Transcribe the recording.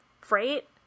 freight